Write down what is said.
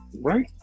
Right